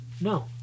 No